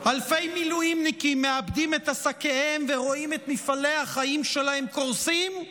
אלפי מילואימניקים מאבדים את עסקיהם ורואים את מפעלי החיים שלהם קורסים,